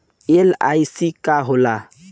LIC का होला?